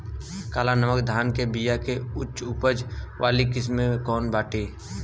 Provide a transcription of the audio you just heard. काला नमक धान के बिया के उच्च उपज वाली किस्म कौनो बाटे?